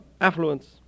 affluence